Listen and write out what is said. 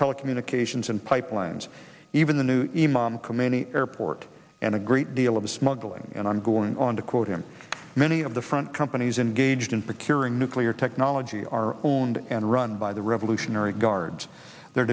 telecommunications and pipelines even the new khamenei airport and a great deal of smuggling and i'm going on to quote him many of the front companies engaged in for curing nuclear technology are owned and run by the revolutionary guards they're